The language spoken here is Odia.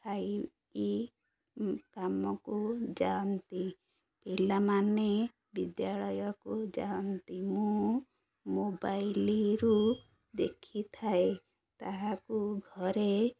ଖାଇକି କାମକୁ ଯାଆନ୍ତି ପିଲାମାନେ ବିଦ୍ୟାଳୟକୁ ଯାଆନ୍ତି ମୁଁ ମୋବାଇଲରୁ ଦେଖିଥାଏ ତାହାକୁ ଘରେ